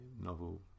novel